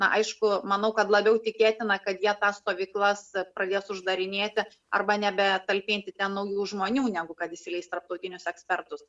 na aišku manau kad labiau tikėtina kad jie tas stovyklas pradės uždarinėti arba nebetalpinti ten naujų žmonių negu kad įsileis tarptautinius ekspertus